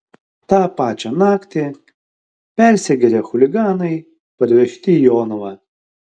tą pačią naktį persigėrę chuliganai pervežti į jonavą